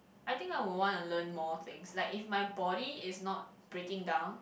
I think I will wanna learn more things like if my body is not breaking down